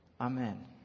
Amen